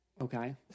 Okay